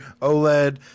OLED